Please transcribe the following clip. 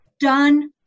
done